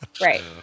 right